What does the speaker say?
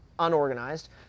unorganized